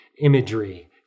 imagery